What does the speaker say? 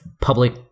public